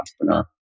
entrepreneur